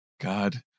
God